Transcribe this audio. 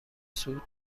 صعود